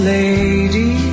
lady